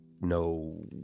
no